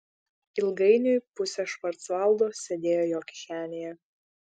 ilgainiui pusė švarcvaldo sėdėjo jo kišenėje